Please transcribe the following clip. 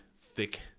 thick